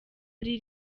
ari